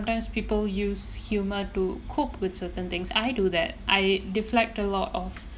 sometime people use humour to cope with certain things I do that I deflect a lot of